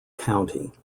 county